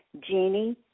Genie